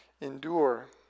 endure